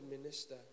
minister